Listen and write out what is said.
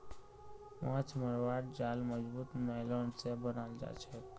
माछ मरवार जाल मजबूत नायलॉन स बनाल जाछेक